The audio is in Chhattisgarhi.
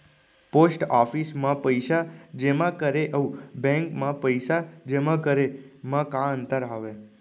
पोस्ट ऑफिस मा पइसा जेमा करे अऊ बैंक मा पइसा जेमा करे मा का अंतर हावे